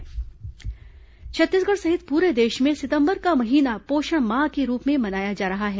पोषण माह छत्तीसगढ़ सहित पूरे देश में सितंबर का महीना पोषण माह के रूप में मनाया जा रहा है